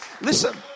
Listen